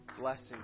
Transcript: blessing